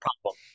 problem